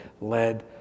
led